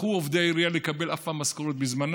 עובדי העירייה לא זכו לקבל אף פעם משכורת בזמנה,